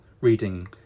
reading